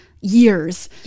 Years